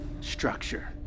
structure